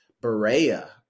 Berea